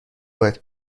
باید